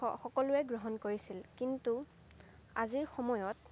সকলোৱে গ্ৰহণ কৰিছিল কিন্তু আজিৰ সময়ত